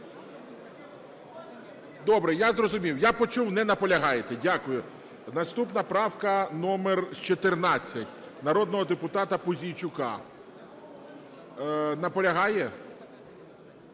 Добре, я зрозумів, і я почув, не наполягаєте. Дякую. Наступна правка номер 14 народного депутата Пузійчука. Наполягає?